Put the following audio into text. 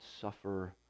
suffer